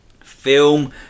film